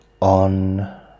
on